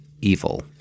evil